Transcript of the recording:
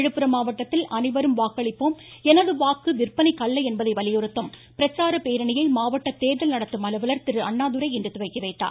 விழுப்புரம் மாவட்டத்தில் அனைவரும் வாக்களிப்போம் எனது வாக்கு விற்பனைக்கல்ல என்பதை வலியுறுத்தும் பிரச்சார பேரணியை மாவட்ட தேர்தல் நடத்தும் அலுவலர் திரு அண்ணாதுரை இன்று துவக்கிவைத்தார்